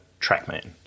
TrackMan